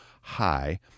high